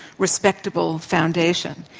respectable foundation.